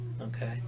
Okay